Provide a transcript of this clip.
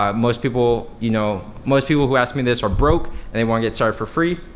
um most people you know most people who ask me this are broke and they wanna get started for free,